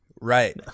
Right